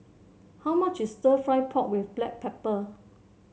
how much is stir fry pork with Black Pepper